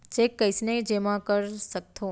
Cheque कईसने जेमा कर सकथो?